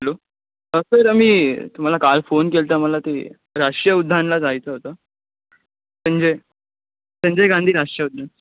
hello sir आम्ही तुम्हाला काल फोन केला होता मला ते राष्टीय उद्यानला जायचं होतं संजय संजय गांधी राष्ट्रीय उद्यान